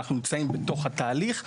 אנחנו נמצאים בתוך התהליך.